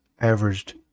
averaged